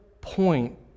point